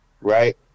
right